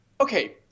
okay